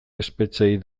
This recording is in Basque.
espetxeei